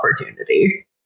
opportunity